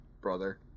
brother